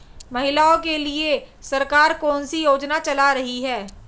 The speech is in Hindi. महिलाओं के लिए सरकार कौन सी योजनाएं चला रही है?